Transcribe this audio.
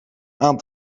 aan